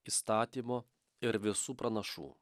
įstatymo ir visų pranašų